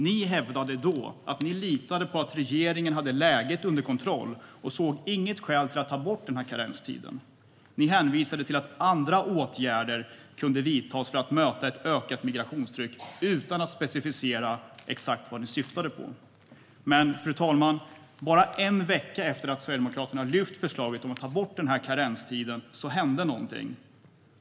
Ni hävdade då att ni litade på att regeringen hade läget under kontroll, så ni såg inte något skäl till att ta bort karenstiden. Ni hänvisade till att andra åtgärder kunde vidtas för att möta att ökat migrationstryck utan att specificera exakt vad ni syftade på. Fru talman! Men bara en vecka efter att Sverigedemokraterna lyfte fram förslaget om att ta bort karenstiden hände det någonting.